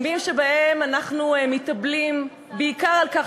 ימים שבהם אנחנו מתאבלים בעיקר על כך